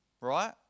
right